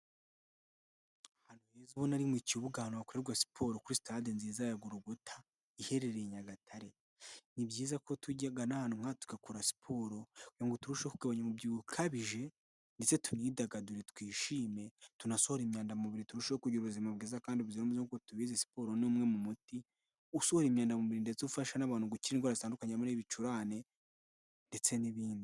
Ahantu heza uwo nari mu kibuga hakorerwa siporo kuri sitade nziza ya Igorogota iherereye Nyagatare ni byiza ko tujyaga nahanwa tugakora siporo ngo turusheho kugabanya umubyibuho ukabije ndetse tuyidagadure twishime tunasohore imyandamubiri turusheho kugira ubuzima bwiza kandibyunze'bwo tubizi siporo ni umwe mu muti usohora imyandamubiri ndetse ufasha n'abantu gukira indwara zitandukanye muri ibicurane ndetse n'ibindi.